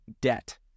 debt